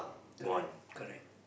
correct correct